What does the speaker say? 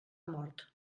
mort